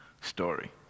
story